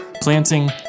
planting